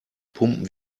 pumpen